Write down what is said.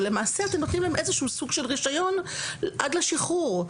למעשה אתם נותנים להם איזה סוג של רישיון עד לשחרור.